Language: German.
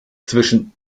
zwischen